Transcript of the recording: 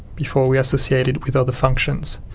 before we associate it with other functions.